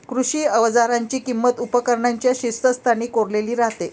कृषी अवजारांची किंमत उपकरणांच्या शीर्षस्थानी कोरलेली राहते